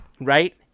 Right